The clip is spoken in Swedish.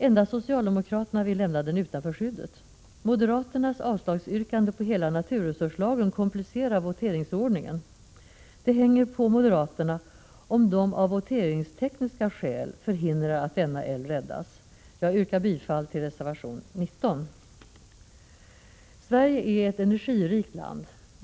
Endast socialdemokraterna vill lämna älven utanför skyddet. Moderaternas yrkande om avslag på hela naturresurslagen komplicerar voteringsordningen. Det hänger på moderaterna om denna älvs räddning av voteringstekniska skäl förhindras. Jag yrkar bifall till reservation 19. Sverige är ett energirikt land.